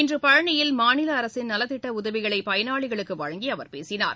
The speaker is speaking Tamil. இன்று பழனியில் மாநில அரசின் நலத்திட்ட உதவிகளை பயனாளிகளுக்கு வழங்கி அவர் பேசினார்